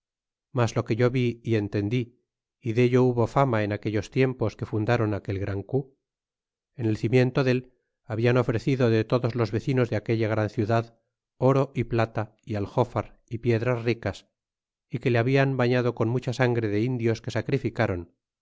mas lo que yo vi y entendí é dello hubo fama en aquellos tiempos que fundron aquel gran cu en el cimiento dél hablan ofrecido de todos los vecinos de aquella gran ciudad oro é plata y aljofar é piedras ricas é que le habian bañado con mucha sangre de indios que sacrificaron